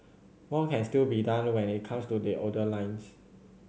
more can still be done when it comes to the older lines